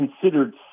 considered